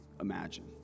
imagine